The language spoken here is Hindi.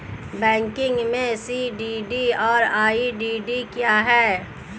बैंकिंग में सी.डी.डी और ई.डी.डी क्या हैं?